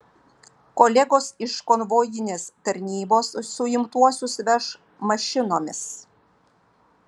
kolegos iš konvojinės tarnybos suimtuosius veš mašinomis